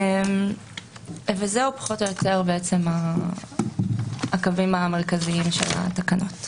אלה פחות או יותר הקווים המרכזיים של התקנות.